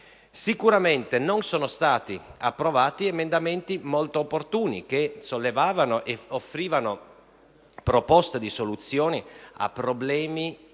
sicuramente non sono stati approvati emendamenti molto opportuni, che sollevavano ed offrivano proposte di soluzioni a problemi importanti,